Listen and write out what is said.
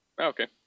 Okay